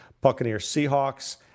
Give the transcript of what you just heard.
Buccaneers-Seahawks